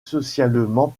socialement